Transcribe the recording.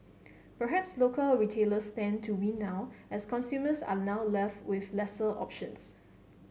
perhaps local retailers stand to win now as consumers are now left with lesser options